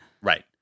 Right